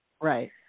Right